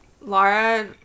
Laura